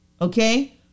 Okay